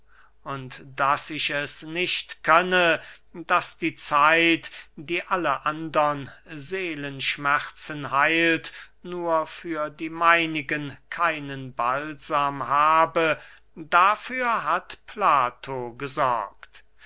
und daß ich es nicht könne daß die zeit die alle andern seelenschmerzen heilt nur für die meinigen keinen balsam habe dafür hat plato gesorgt